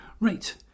Right